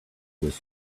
was